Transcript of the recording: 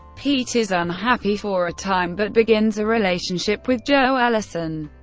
pete is unhappy for a time, but begins a relationship with jo ellison,